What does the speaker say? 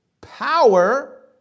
power